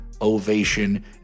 ovation